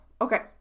Okay